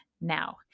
now